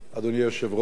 אדוני היושב-ראש,